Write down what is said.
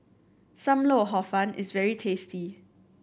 Sam Lau Hor Fun is very tasty